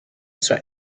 zur